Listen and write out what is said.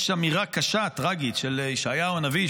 יש אמירה קשה, טרגית, של ישעיהו הנביא.